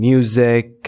Music